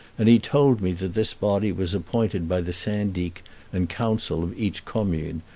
and he told me that this body was appointed by the syndic and council of each commune,